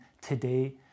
today